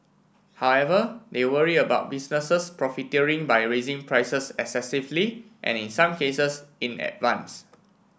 however they worry about businesses profiteering by raising prices excessively and in some cases in advance